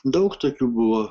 daug tokių buvo